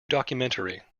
documentary